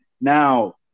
now